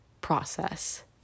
process